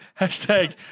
Hashtag